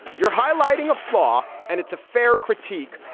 you're highlighting a flaw and it's a fair critique.